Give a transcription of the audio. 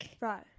Right